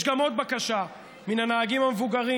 יש גם עוד בקשה מן הנהגים המבוגרים.